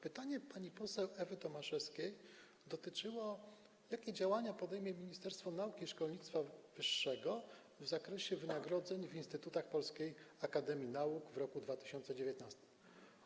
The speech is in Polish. Pytanie pani poseł Ewy Tomaszewskiej dotyczyło tego, jakie działania podejmie Ministerstwo Nauki i Szkolnictwa Wyższego w zakresie wynagrodzeń w instytutach Polskiej Akademii Nauk w roku 2019.